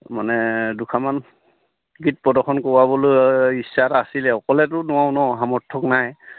মানে দুষাৰমান গীত প্ৰদৰ্শন কৰোৱাবলৈ ইচ্ছা এটা আছিলে অকলেতো নোৱাৰো নহ্ সামৰ্থ নাই